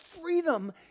freedom